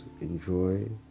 enjoy